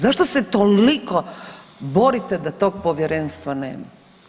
Zašto se toliko borite da tog Povjerenstva nema?